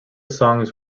songs